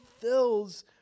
fills